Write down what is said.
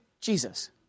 Jesus